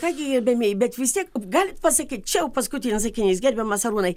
ką gi gerbiamieji bet vis tiek galit pasakyt čia jau paskutinis sakinys gerbiamas arūnai